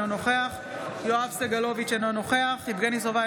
אינו נוכח יואב סגלוביץ' אינו נוכח יבגני סובה,